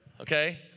okay